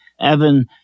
Evan